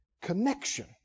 Connection